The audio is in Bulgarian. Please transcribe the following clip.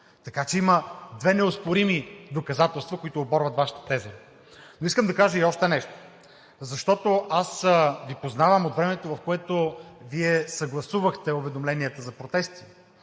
Така че има две неоспорими доказателства, оборващи Вашата теза. Но искам да кажа и още нещо, защото аз Ви познавам от времето, в което Вие съгласувахте уведомленията за протести